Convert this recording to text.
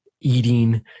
eating